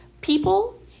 people